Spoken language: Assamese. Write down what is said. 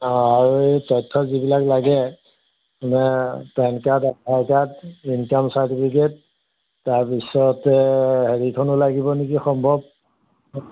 অঁ আৰু এই তথ্য যিবিলাক লাগে মানে PAN card Aadhaar card income certificate তাৰপিছতে হেৰিখনো লাগিব নেকি সম্ভৱ